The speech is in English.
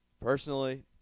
personally